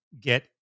get